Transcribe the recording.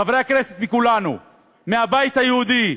חברי הכנסת מכולנו, מהבית היהודי,